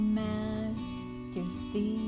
majesty